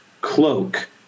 cloak